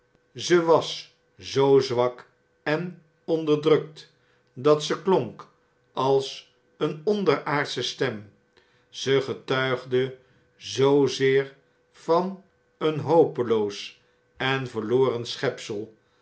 ze was zoo zwak en onderdrukt dat ze klonk als eene onderaardsche stem ze getuigde zoozeer van een hopeloos en verloren